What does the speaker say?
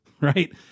right